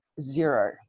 zero